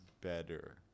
better